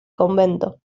convento